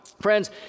Friends